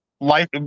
life